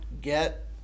get